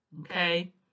Okay